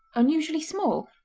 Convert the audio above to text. unusually small,